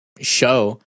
show